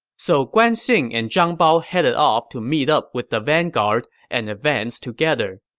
so guan xing and zhang bao headed off to meet up with the vanguard and advance together.